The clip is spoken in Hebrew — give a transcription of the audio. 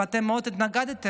ואתם מאוד התנגדתם,